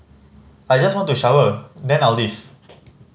I just want to shower then I'll leave